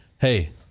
hey